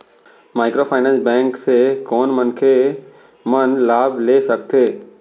Microfinance bank से कोन मनखे मन लाभ ले सकथे?